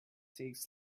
takes